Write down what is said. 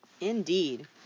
Indeed